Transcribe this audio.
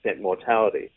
mortality